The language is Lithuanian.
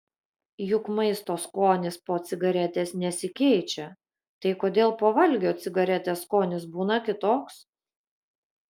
juk maisto skonis po cigaretės nesikeičia tai kodėl po valgio cigaretės skonis būna kitoks